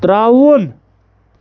ترٛاوُن